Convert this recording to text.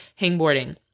hangboarding